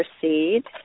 proceed